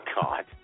God